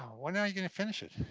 when yeah are you gonna finish it?